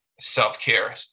self-care